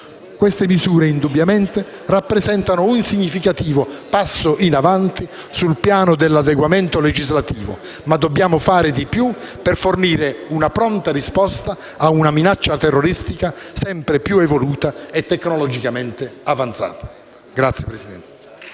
Queste misure indubbiamente rappresentano un significativo passo in avanti sul piano dell'adeguamento legislativo, ma dobbiamo fare di più per fornire una pronta risposta a una minaccia terroristica sempre più evoluta e tecnologicamente avanzata. *(Applausi